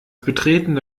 betretene